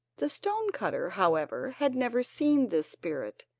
the stone-cutter, however, had never seen this spirit,